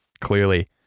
clearly